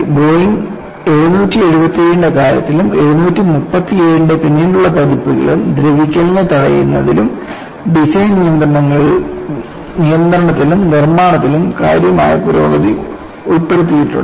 Boeing 777 ന്റെ കാര്യത്തിലും 737 ന്റെ പിന്നീടുള്ള പതിപ്പുകളിലും ദ്രവിക്കലിനെ തടയുന്നതിലും ഡിസൈൻ നിയന്ത്രണത്തിലും നിർമ്മാണത്തിലും കാര്യമായ പുരോഗതി ഉൾപ്പെടുത്തിയിട്ടുണ്ട്